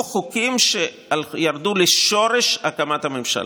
או חוקים שירדו לשורש הקמת הממשלה.